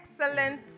excellent